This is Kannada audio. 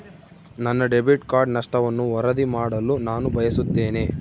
ನನ್ನ ಡೆಬಿಟ್ ಕಾರ್ಡ್ ನಷ್ಟವನ್ನು ವರದಿ ಮಾಡಲು ನಾನು ಬಯಸುತ್ತೇನೆ